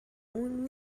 اون